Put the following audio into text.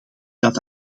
dat